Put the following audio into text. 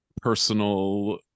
personal